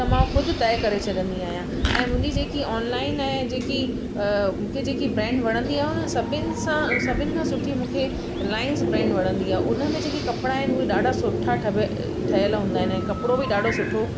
त मां उहो खुदि तए करे छॾंदी आहियां ऐं मुंहिंजी जेकी ऑनलाइन ऐं जेकी अ मूंखे जेकी ब्रांड वणंदी आहे उन सभिनि सां ऐं सभिनि खां सुठी मूंखे रिलाइंस ब्रांड वणंदी आहे उन में जेकी कपिड़ा आहिनि उहे ॾाढा सुठा ठवे ठहियल हूंदा आहिनि ऐं कपिड़ो बि ॾाढो सुठो